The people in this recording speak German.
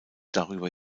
darüber